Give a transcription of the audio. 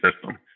system